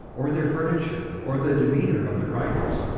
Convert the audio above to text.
or their furniture, or the demeanor of the riders,